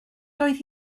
doedd